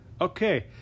Okay